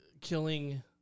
killing